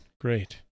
Great